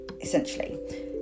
essentially